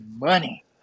money